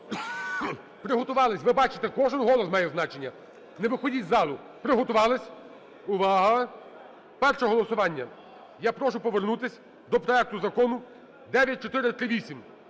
Приготувались. Ви бачите, кожен голос має значення. Не виходіть з залу. Приготувались. Увага! Перше голосування: я прошу повернутись до проекту закону 9438.